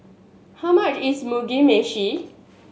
how much is Mugi Meshi